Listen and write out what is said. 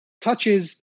touches